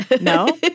no